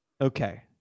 Okay